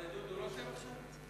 זה דודו רותם עכשיו?